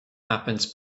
happens